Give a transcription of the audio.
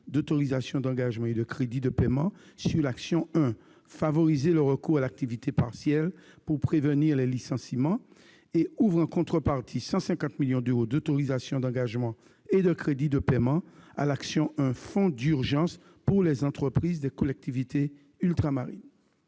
d'autorisations d'engagement et de crédits de paiement sur l'action n° 01, Favoriser le recours à l'activité partielle pour prévenir les licenciements, du programme 156 et à ouvrir, en contrepartie, 150 millions d'euros d'autorisations d'engagement et de crédits de paiement sur l'action n° 01, Fonds d'urgence pour les entreprises des collectivités ultramarines,